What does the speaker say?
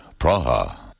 Praha